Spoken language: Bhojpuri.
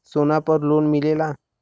सोना पर लोन मिलेला?